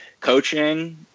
coaching